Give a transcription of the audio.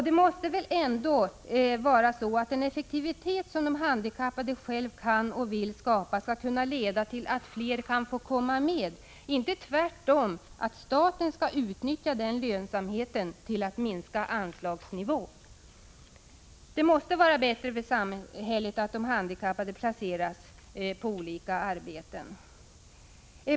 Det måste väl ändå vara så att den effektivitet som de handikappade själva kan och vill skapa skall kunna leda till att fler kan få komma med — inte tvärtom, att staten skall utnyttja den lönsamheten till att minska anslagsnivån. Det måste vara bättre för samhället att de handikappade placeras på olika arbeten.